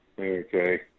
okay